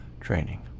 Training